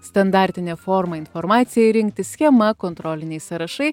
standartinė forma informacijai rinkti schema kontroliniai sąrašai